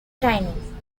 training